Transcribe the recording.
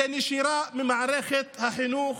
וזו הנשירה ממערכת החינוך.